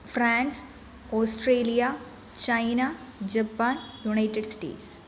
France Australia China Japan United States